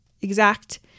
exact